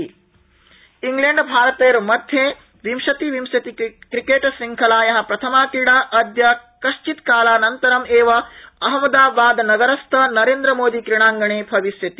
क्रिकेटस्पर्धा इंग्लैण्डभारतयोर्मध्ये विंशति विंशति क्रिकेट श्रृंखलाया प्रथमा क्रीडा अद्य कथ्वित्कालानन्तरम् एव अहमदाबादनगरस्थ नरेन्द्रमोदीक्रीडांणे भविष्यति